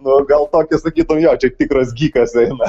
nu gal tokio sakytum jo čia tikras gikas eina